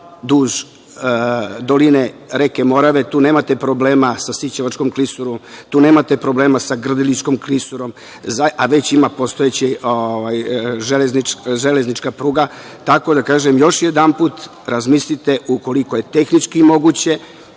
duž doline reke Morave. Tu nemate problema sa Sićevačkom klisurom, tu nemate problema sa Grdeličkom klisurom, a već ima postojeća železnička pruga. Dakle, još jednom razmislite ukoliko je tehnički moguće